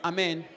Amen